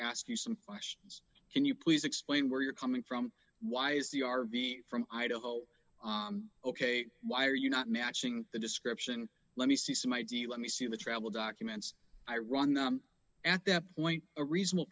ask you some questions can you please explain where you're coming from why is the r v from idaho ok why are you not matching the description let me see some id let me see in the travel documents i run them at that point a reasonable